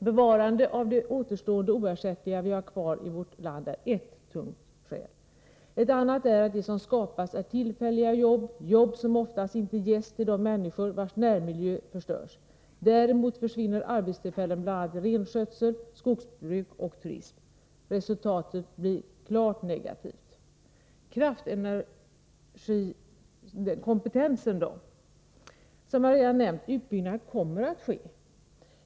Bevarandet av det återstående oersättliga vi har kvar i vårt land är ett tungt skäl. Ett annat är att det som skapas är tillfälliga jobb, jobb som oftast inte ges till de människor vilkas närmiljö förstörs. Däremot försvinner arbetstillfällen bl.a. i renskötsel, skogsbruk och turism. Resultatet blir klart negativt. Kraftenergikompetensen då? Som jag redan nämnt kommer utbyggnad att ske.